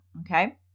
okay